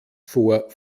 vor